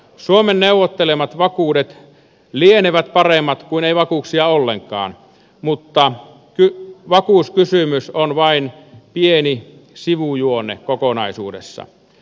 suomen neuvottelemat vakuudet lienevät paremmat kuin ei vakuuksia ollenkaan mutta vakuuskysymys on vain pieni sivujuonne kokonaisuudessa